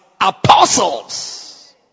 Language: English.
apostles